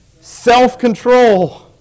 self-control